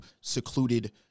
secluded